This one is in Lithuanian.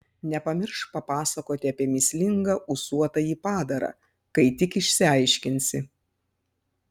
nepamiršk papasakoti apie mįslingą ūsuotąjį padarą kai tik išsiaiškinsi